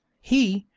he,